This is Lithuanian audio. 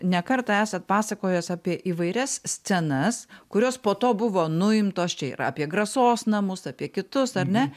ne kartą esat pasakojęs apie įvairias scenas kurios po to buvo nuimtos čia ir apie grasos namus apie kitus ar ne